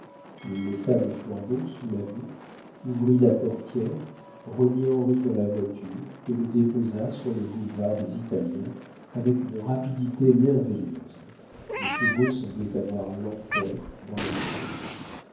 il laissa le flambeau sous la voûte ouvrit la portière remit henri dans la voiture et le déposa sur le boulevard des italiens avec une rapidité merveilleuse les chevaux semblaient avoir l'enfer dans le corps